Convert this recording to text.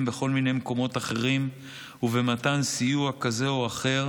בכל מיני מקומות אחרים ובמתן סיוע כזה או אחר